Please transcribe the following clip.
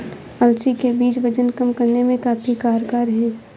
अलसी के बीज वजन कम करने में काफी कारगर है